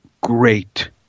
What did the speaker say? great